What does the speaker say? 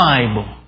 Bible